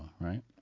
right